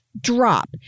drop